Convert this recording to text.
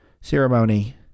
ceremony